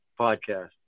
podcast